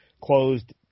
closed